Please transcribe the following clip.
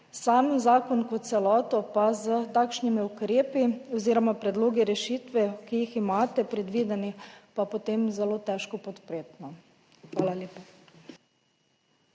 sam zakon kot celoto pa s takšnimi ukrepi oziroma predlogi rešitve, ki jih imate predvideni, pa potem zelo težko podpreti. Hvala lepa.